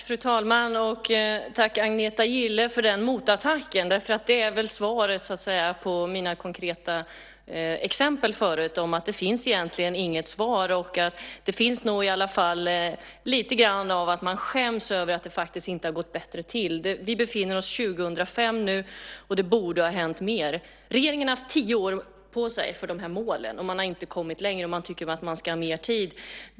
Fru talman! Tack, Agneta Gille, för den motattacken! Det är väl svaret, så att säga, vad gäller mina konkreta exempel förut. Det finns egentligen inget svar. Man skäms nog i alla fall lite grann över att det faktiskt inte har gått bättre. Det är 2005 nu, och det borde ha hänt mer. Regeringen har haft tio år på sig vad gäller de här målen, och man har inte kommit längre. Man tycker att man ska ha mer tid.